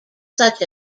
such